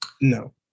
no